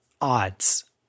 odds